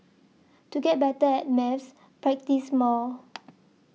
to get better at maths practise more